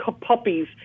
puppies